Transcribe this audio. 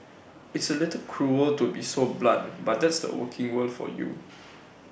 it's A little cruel to be so blunt but that's the working world for you